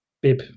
bib